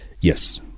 yes